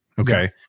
Okay